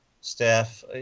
staff